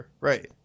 Right